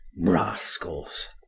Rascals